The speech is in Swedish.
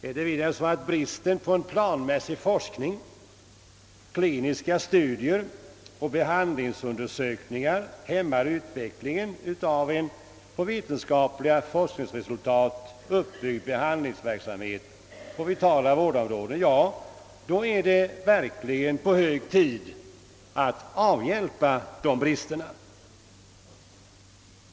Är det vidare så att bristen på planmässig forskning, kliniska studier och behandlingsundersökningar hämmar utvecklingen av en på vetenskapliga forskningsresultat uppbyggd behandlingsverksamhet på vitala vårdområden — ja, då är det verkligen hög tid att avhjälpa bristen.